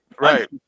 Right